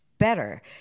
better